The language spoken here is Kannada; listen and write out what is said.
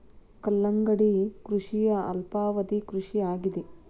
ಕಲ್ಲಂಗಡಿ ಕೃಷಿಯ ಅಲ್ಪಾವಧಿ ಕೃಷಿ ಆಗಿದೆ